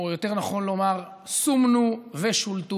או יותר נכון לומר סומנו ושולטו,